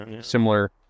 similar